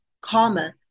common